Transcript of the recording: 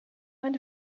mind